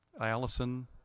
allison